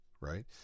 right